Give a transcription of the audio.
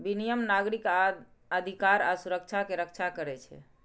विनियम नागरिक अधिकार आ सुरक्षा के रक्षा करै छै